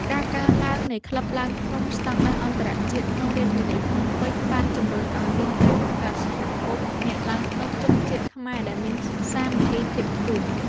ការកើនឡើងនៃក្លឹបឡើងភ្នំស្ដង់ដារអន្តរជាតិក្នុងរាជធានីភ្នំពេញ បានជំរុញឱ្យមានការបង្កើតសហគមន៍អ្នកឡើងភ្នំជនជាតិខ្មែរដែលមានសាមគ្គីភាពខ្ពស់។